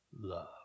love